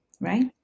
right